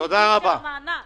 שמת לב שהוא מדבר על ועדה?